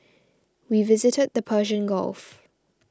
we visited the Persian Gulf